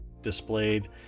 displayed